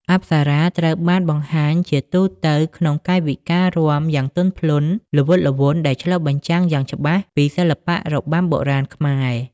អប្សរា ត្រូវបានបង្ហាញជាទូទៅក្នុង កាយវិការរាំយ៉ាងទន់ភ្លន់ ល្វត់ល្វន់ ដែលឆ្លុះបញ្ចាំងយ៉ាងច្បាស់ពីសិល្បៈរបាំបុរាណខ្មែរ។